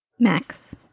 Max